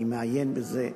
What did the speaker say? אני מעיין בזה.